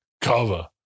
Cover